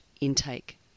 intake